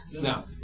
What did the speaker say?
Now